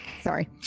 Sorry